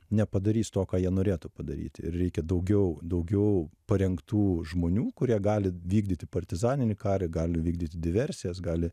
nepadarys to ką jie norėtų padaryti ir reikia daugiau daugiau parengtų žmonių kurie gali vykdyti partizaninį karą gali vykdyti diversijas gali